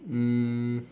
um